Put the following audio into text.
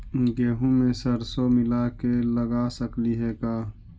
गेहूं मे सरसों मिला के लगा सकली हे का?